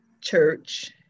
church